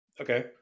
Okay